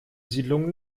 siedlung